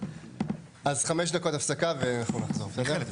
אז חמש דקות הפסקה ואנחנו נחזור, בסדר?